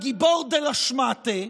הגיבור דה לה שמאטע,